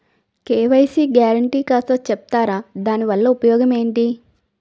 KYC guarantee కాస్త చెప్తారాదాని వల్ల ఉపయోగం ఎంటి?